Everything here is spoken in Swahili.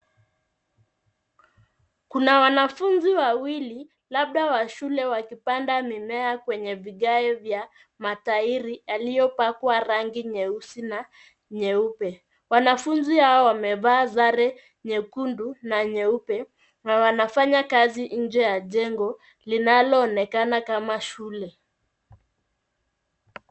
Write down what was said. Wanafunzi wawili labda wa shule wakipanda mimea kwenye vigae vya matairi yaliyopakwa rangi nyeusi na nyeupe. Wanafunzi hao wamevaa sare nyekundu na nyeupe na wanafanya kazi nje ya jengo linaloonekana kama shule.